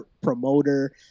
promoter